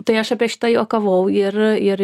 tai aš apie šitą juokavau ir ir